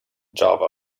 java